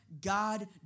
God